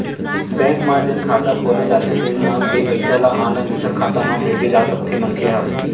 bank म जेन खाता खोले जाथे तेन म के पइसा ल ऑनलाईन दूसर खाता म भेजे जा सकथे मनखे ह